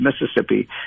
Mississippi